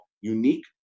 unique